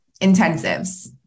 intensives